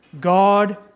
God